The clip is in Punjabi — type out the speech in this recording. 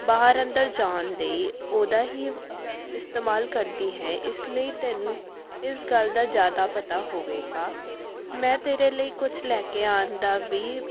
ਬਾਹਰ ਅੰਦਰ ਜਾਣ ਲਈ ਉਹਦਾ ਹੀ ਇਸਤੇਮਾਲ ਕਰਦੀ ਹੈ ਇਸ ਲਈ ਤੈਨੂੰ ਇਸ ਗੱਲ ਦਾ ਜ਼ਿਆਦਾ ਪਤਾ ਹੋਵੇਗਾ ਮੈਂ ਤੇਰੇ ਲਈ ਕੁਛ ਲੈ ਕੇ ਆਉਣ ਦਾ ਵੀ